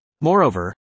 Moreover